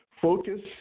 focus